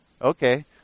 Okay